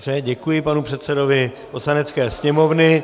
Dobře, děkuji panu předsedovi Poslanecké sněmovny.